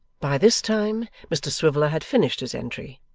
by this time, mr swiveller had finished his entry,